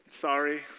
Sorry